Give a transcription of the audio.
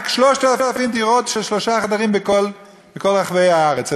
רק 3,000 דירות של שלושה חדרים בכל רחבי הארץ.